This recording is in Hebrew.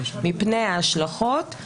מפני ההשלכות.